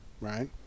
right